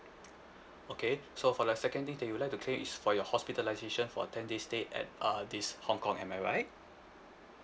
okay so for the second thing that you would like to claim is for your hospitalisation for ten days stay at uh this hong kong am I right